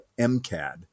MCAD